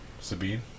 Sabine